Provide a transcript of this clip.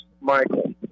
Michael